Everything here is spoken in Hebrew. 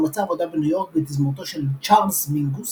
הוא מצא עבודה בניו יורק בתזמורתו של צ'ארלס מינגוס